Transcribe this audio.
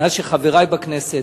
מאז חברי בכנסת,